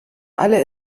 alle